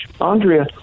Andrea